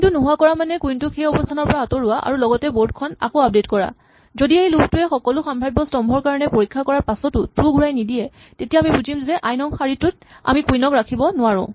queen টো নোহোৱা কৰা মানে কুইন টোক সেই অৱস্হানৰ পৰা আঁতৰোৱা আৰু লগতে বৰ্ড খন আকৌ আপডেট কৰা যদি এই লুপ টোৱে সকলো সাম্ভাৱ্য স্তম্ভৰ কাৰণে পৰীক্ষা কৰাৰ পাছতো ট্ৰো ঘূৰাই নিদিয়ে তেতিয়া আমি বুজিম যে আই নং শাৰীটোত আমি কুইন ক ৰাখিব নোৱাৰো